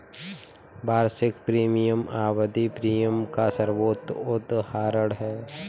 वार्षिक प्रीमियम आवधिक प्रीमियम का सर्वोत्तम उदहारण है